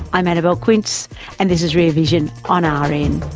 i'm annabelle quince and this is rear vision on ah rn